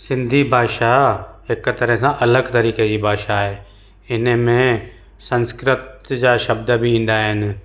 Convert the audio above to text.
सिंधी भाषा हिकु तरह सां अलॻि तरीक़े जी भाषा आहे हिनमें संस्कृत जा शब्द बि ईंदा आहिनि